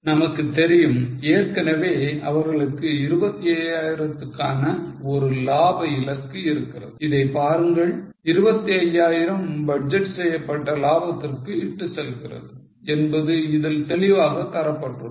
நமக்கு தெரியும் ஏற்கனவே அவர்களுக்கு 25000 துக்கான ஒரு லாப இலக்கு இருக்கிறது இதை பாருங்கள் 25000 பட்ஜெட் செய்யப்பட்ட லாபத்திற்கு இட்டுச்செல்கிறது என்பது இதில் தெளிவாக தரப்பட்டுள்ளது